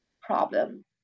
problem